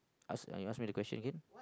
ask uh you ask me the question again